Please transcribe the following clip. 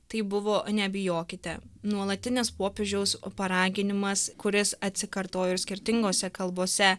tai buvo nebijokite nuolatinis popiežiaus paraginimas kuris atsikartojo ir skirtingose kalbose